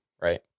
Right